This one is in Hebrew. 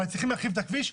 אבל צריכים להרחיב את הכביש,